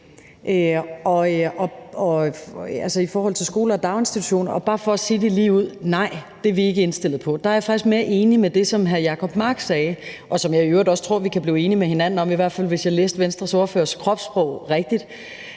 i forhold til skoler og daginstitutioner. Jeg vil bare sige det lige ud: Nej, det er vi ikke indstillet på. Der er jeg faktisk mere enig i det, som hr. Jacob Mark sagde, og som jeg i øvrigt også tror vi kan blive enige med hinanden om, i hvert fald hvis jeg læste Venstres ordførers kropssprog rigtigt,